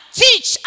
teach